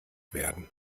werden